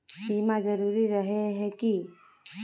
बीमा जरूरी रहे है की?